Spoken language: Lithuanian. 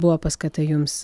buvo paskata jums